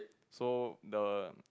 so the